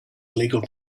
illegal